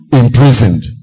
imprisoned